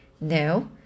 No